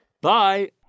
Bye